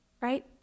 Right